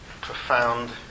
profound